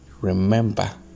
remember